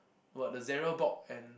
what the and